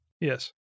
Yes